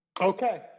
Okay